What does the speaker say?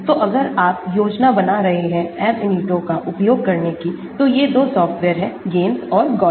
तो अगर आप योजना बना रहे हैं Ab initio का उपयोग करने की तो ये 2 सॉफ़्टवेयर हैं GAMESS और Gaussian